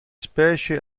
specie